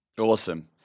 Awesome